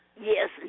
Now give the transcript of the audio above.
Yes